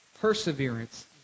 perseverance